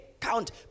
count